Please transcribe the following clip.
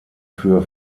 für